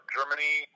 Germany